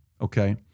okay